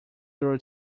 guru